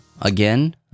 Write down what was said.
again